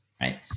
right